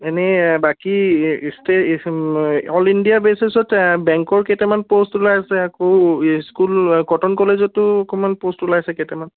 এনেই বাকী ইষ্টে অল ইণ্ডিয়া বেছিছত বেংকৰ কেইটামান প'ষ্ট ওলাইছে আকৌ স্কুল কটন কলেজতো অকণমান প'ষ্ট ওলাইছে কেইটামান